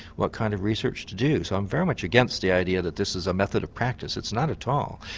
what kind of research to do. so i'm very much against the idea that this is a method of practice, it's not at all,